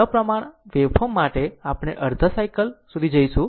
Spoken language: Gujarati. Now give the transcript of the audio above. સપ્રમાણ વેવફોર્મ માટે આપણે ફક્ત અડધા સાયકલ સુધી જઈશું